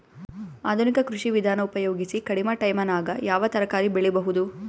ಆಧುನಿಕ ಕೃಷಿ ವಿಧಾನ ಉಪಯೋಗಿಸಿ ಕಡಿಮ ಟೈಮನಾಗ ಯಾವ ತರಕಾರಿ ಬೆಳಿಬಹುದು?